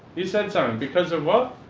you said something. because of what?